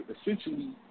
essentially